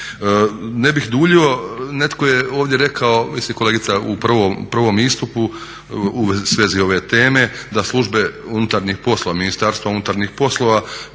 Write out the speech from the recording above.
Ne bih duljio, netko je ovdje rekao, mislim kolegica u prvom istupu, u svezi ove teme, da službe unutarnjih poslova, Ministarstva unutarnjih poslova,